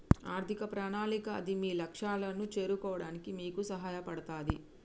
ఆర్థిక ప్రణాళిక అది మీ లక్ష్యాలను చేరుకోవడానికి మీకు సహాయపడతది